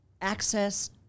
Access